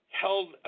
held